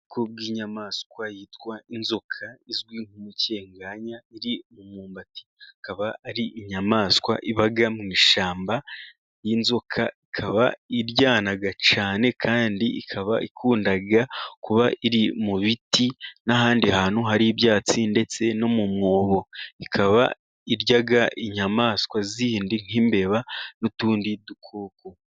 Ubwoko bw'inyamaswa yitwa inzoka, izwi nk'umukenganya. Iri mu myumbati, ikaba ari inyamaswa iba mu ishyamba. Iyi nzoka ikaba iryana cyane kandi ikaba ikunda kuba iri mu biti n'ahandi hantu hari ibyatsi, ndetse no mu mwobo. Ikaba irya inyamaswa zindi nk'imbeba n'utundi dukoko.